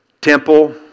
temple